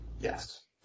Yes